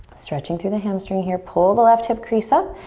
stretching through the hamstring here. pull the left hip crease up.